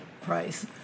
Price